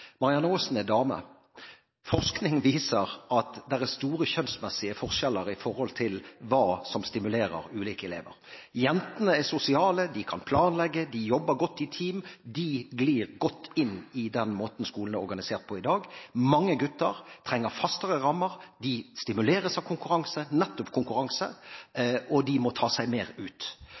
Aasen er dame. Forskning viser at det er store kjønnsmessige forskjeller på hva som stimulerer ulike elever. Jentene er sosiale, de kan planlegge, de jobber godt i team, og de glir godt inn i den måten skolen er organisert på i dag. Mange gutter trenger fastere rammer, de stimuleres av nettopp konkurranse, og de må ta seg mer ut.